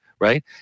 right